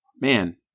man